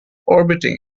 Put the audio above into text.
orbiting